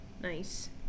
nice